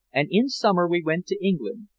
and in summer we went to england.